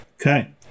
okay